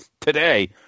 today